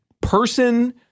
person